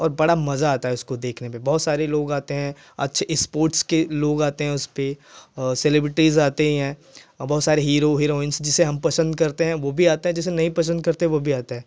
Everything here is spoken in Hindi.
और बड़ा मज़ा आता है उसको देखने में बहुत सारे लोग आते हैं अच्छे स्पोर्ट्स के लोग आते हैं उस पर और सेलिब्रिटीज़ आते हैं बहुत सारे हीरो हिरोइनस जिसे हम पसंद करते हैं वह भी आता है जिसे नहीं पसंद करते वह भी आता है